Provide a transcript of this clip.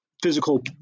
physical